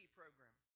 program